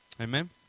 Amen